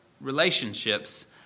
relationships